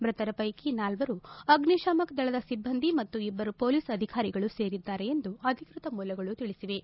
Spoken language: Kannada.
ಮೃತರ ಪೈಕಿ ನಾಲ್ವರು ಅಗ್ನಿಶಾಮಕ ದಳದ ಸಿಬ್ಬಂದಿ ಮತ್ತು ಇಬ್ಬರು ಪೊಲೀಸ್ ಅಧಿಕಾರಿಗಳೂ ಸೇರಿದ್ದಾರೆ ಎಂದು ಅಧಿಕೃತ ಮೂಲಗಳು ತಿಳಿಸಿವೆ